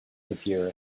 appear